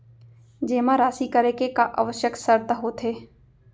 जेमा राशि करे के का आवश्यक शर्त होथे?